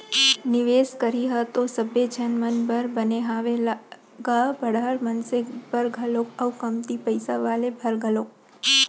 निवेस करई ह तो सबे झन मन बर बने हावय गा बड़हर मनसे बर घलोक अउ कमती पइसा वाले बर घलोक